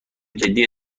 جدی